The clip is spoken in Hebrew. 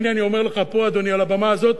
הנה, אני אומר לך פה, אדוני, על הבמה הזאת,